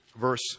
verse